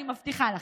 אני מבטיחה לכם: